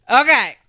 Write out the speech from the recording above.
Okay